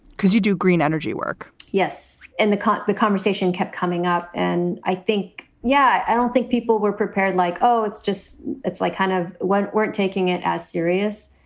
because you do green energy work. yes. and the cut the conversation kept coming up and i think. yeah. i don't think people were prepared like, oh, it's just it's like kind of what weren't taking it as serious.